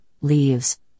leaves